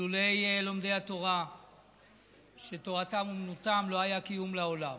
אילולא לומדי התורה שתורתם אומנותם לא היה קיום לעולם.